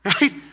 Right